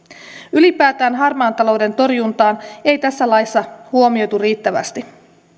ylipäätään harmaan talouden torjuntaa ei tässä laissa huomioitu riittävästi